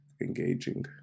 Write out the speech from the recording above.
engaging